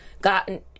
gotten